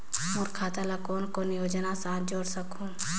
मोर खाता ला कौन कौन योजना साथ जोड़ सकहुं?